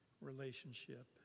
relationship